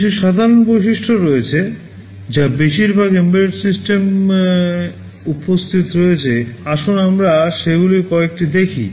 কিছু সাধারণ বৈশিষ্ট্য রয়েছে যা বেশিরভাগ এম্বেডেড সিস্টেমে উপস্থিত রয়েছে আসুন আমরা সেগুলির কয়েকটি দেখি